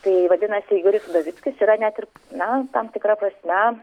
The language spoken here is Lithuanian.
tai vadinasi igoris udovickis yra net ir na tam tikra na